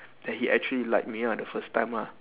that he actually liked me ah the first time lah